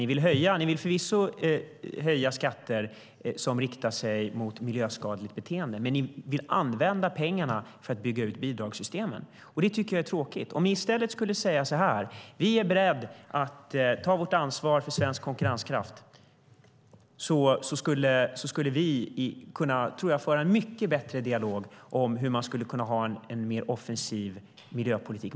Ni vill förvisso höja skatter som riktar sig mot miljöskadligt beteende, men ni vill använda pengarna till att bygga ut bidragssystemen. Det tycker jag är tråkigt. Om ni i stället skulle säga att ni är beredda att ta ert ansvar för svensk konkurrenskraft tror jag att vi skulle kunna föra en mycket bättre dialog om hur man skulle kunna ha en mer offensiv miljöpolitik.